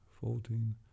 Fourteen